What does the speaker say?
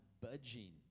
budging